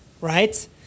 right